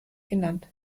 genannt